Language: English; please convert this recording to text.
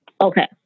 Okay